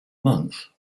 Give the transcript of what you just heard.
month